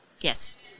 Yes